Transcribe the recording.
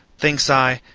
thinks i,